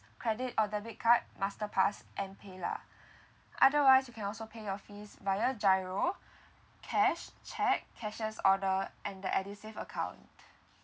credit or debit card master pass and paylah otherwise you can also paying your fees via G__I_R_O cash cheque cashier's order and the edusave account